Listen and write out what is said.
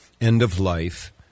end-of-life